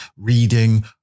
reading